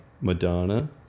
Madonna